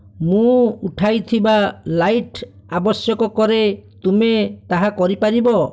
ମୁଁ ଉଠାଇଥିବା ଲାଇଟ୍ ଆବଶ୍ୟକ କରେ ତୁମେ ତାହା କରିପାରିବ